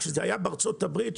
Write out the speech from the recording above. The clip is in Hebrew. שבארצות הברית,